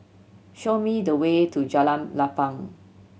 show me the way to Jalan Lapang